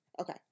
okay